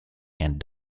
and